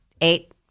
eight